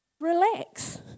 relax